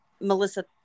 Melissa